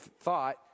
thought